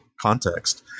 context